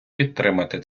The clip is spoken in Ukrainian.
підтримати